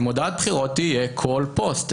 שמודעת בחירות תהיה כל פוסט,